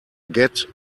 get